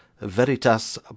Veritas